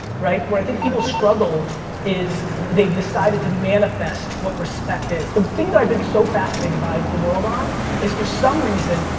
right? where i think people struggle is they've decided to manifest what respect is. the thing that i've been so fascinated by the world on is for some reason,